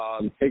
take